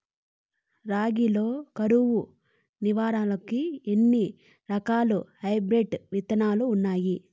రాగి లో కరువు నివారణకు ఎన్ని రకాల హైబ్రిడ్ విత్తనాలు ఉన్నాయి